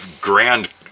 grand